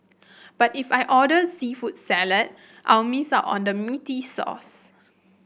but if I order seafood salad I'll miss out on the meaty sauce